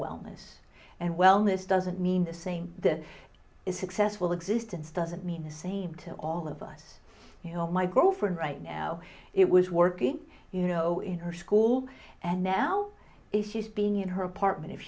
wellness and wellness doesn't mean the same that is successful existence doesn't mean same to all of us you know my girlfriend right now it was working you know in her school and now it's just being in her apartment